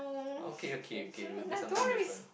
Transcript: okay okay okay we will do something different